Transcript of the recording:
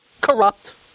corrupt